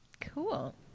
Cool